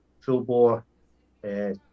full-bore